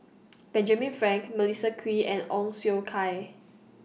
Benjamin Frank Melissa Kwee and Ong Siong Kai